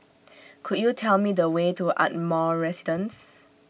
Could YOU Tell Me The Way to Ardmore Residence